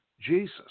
Jesus